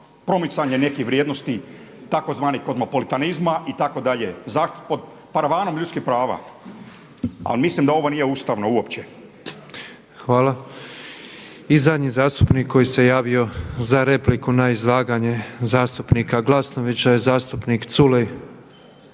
promicanje nekih vrijednosti tzv. kozmopolitizma itd. pod paravanom ljudskih prava. A mislim da ovo nije ustavno uopće. **Petrov, Božo (MOST)** Hvala. I zadnji zastupnik koji se javio za repliku na izlaganje zastupnika Glasnovića je zastupnik Culej.